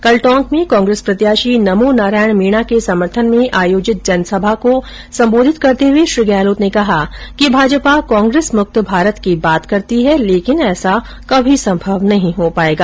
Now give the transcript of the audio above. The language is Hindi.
कल टोंक में कांग्रेस प्रत्याशी नमोनारायण मीणा के समर्थन में आयोजित जनसभा को संबोधित करते हुए श्री गहलोत ने कहा कि भाजपा कांग्रेसमुक्त भारत की बात करती है लेकिन ऐसा कभी संभव नहीं हो पाएगा